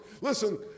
Listen